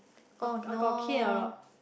I got caned a lot